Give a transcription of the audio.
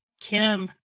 kim